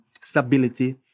stability